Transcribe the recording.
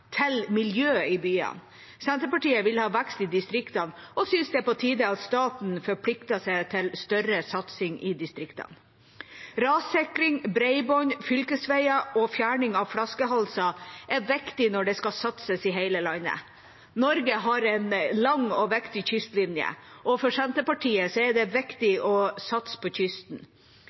til miljø i byene. Senterpartiet vil ha vekst i distriktene og synes det er på tide at staten forplikter seg til større satsing i distriktene. Rassikring, bredbånd, fylkesveier og fjerning av flaskehalser er viktig når det skal satses i hele landet. Norge har en lang og viktig kystlinje, og for Senterpartiet er det viktig å satse på kysten.